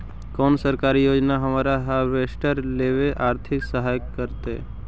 कोन सरकारी योजना हमरा हार्वेस्टर लेवे आर्थिक सहायता करतै?